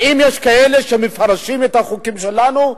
האם יש כאלה שמפרשים את החוקים שלנו,